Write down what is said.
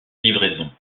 livraison